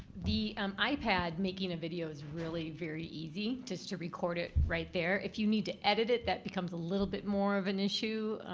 the um ipad, making a video is really very easy just to record it right there. if you need to edit it, that becomes a little bit more an issue.